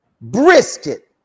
brisket